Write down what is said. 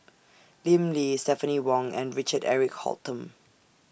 Lim Lee Stephanie Wong and Richard Eric Holttum